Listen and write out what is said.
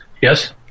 yes